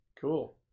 Cool